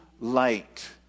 light